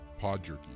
Podjerky